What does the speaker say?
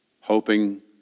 Hoping